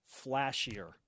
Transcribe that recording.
flashier